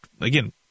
again